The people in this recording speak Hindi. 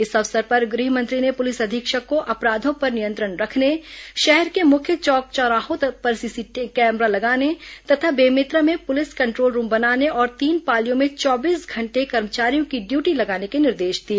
इस अवसर पर गृह मंत्री ने पुलिस अधीक्षक को अपराधों पर नियंत्रण रखने शहर के मुख्य चौक चौराहों पर सीसीटीवी कैमरा लगाने तथा बेमेतरा में पुलिस कंट्रोल रूम बनाने और तीन पालियों में चौबीस घंटे कर्मचारियों की ड्यूटी लगाने के निर्देश दिए